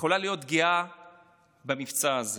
יכולה להיות גאה במבצע הזה,